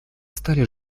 стали